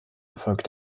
erfolg